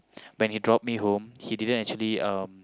when he drop me home he didn't actually um